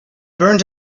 burnt